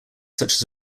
such